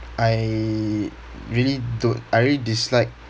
I really don't I really dislike